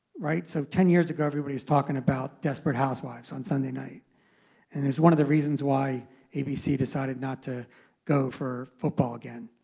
right? so ten years ago, everybody was talking about desperate housewives on sunday and it's one of the reasons why abc decided not to go for football again.